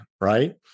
right